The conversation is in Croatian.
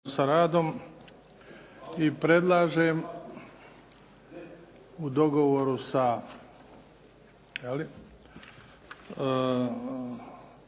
sa radom i predlažem u dogovoru sa,